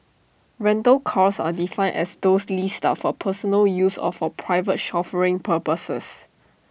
rental cars are defined as those leased out for personal use or for private chauffeuring purposes